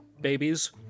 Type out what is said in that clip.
babies